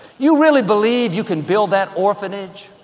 you really believe you can build that orphanage,